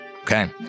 Okay